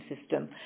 system